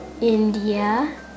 India